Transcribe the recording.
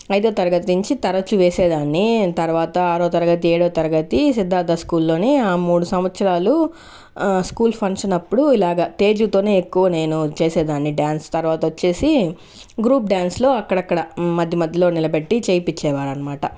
ఐదదవ తరగతి నుంచి తరచు వేసేదాన్ని తర్వాత ఆరో తరగతి ఏడో తరగతి సిద్ధార్థ స్కూల్లోని ఆ మూడు సంవత్సరాలు స్కూల్ ఫంక్షన్ అప్పుడు ఇలాగ తేజుతోనే ఎక్కువ నేను చేసేదాన్ని డాన్స్ తర్వాత వచ్చేసి గ్రూప్ డాన్స్లో అక్కడక్కడ మధ్య మధ్యలో నిలబెట్టి చేపిచ్చేవారు అనమాట